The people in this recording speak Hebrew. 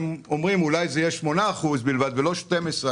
הם אומרים שהעלייה תהיה אולי 8% ולא 12%,